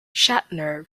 shatner